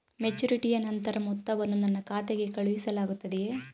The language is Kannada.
ಮೆಚುರಿಟಿಯ ನಂತರ ಮೊತ್ತವನ್ನು ನನ್ನ ಖಾತೆಗೆ ಕಳುಹಿಸಲಾಗುತ್ತದೆಯೇ?